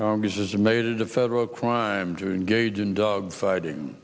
congress has made it a federal crime to engage in dog fighting